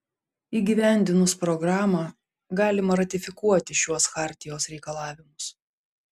įgyvendinus programą galima ratifikuoti šiuos chartijos reikalavimus